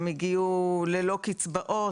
הם הגיעו ללא קצבאות,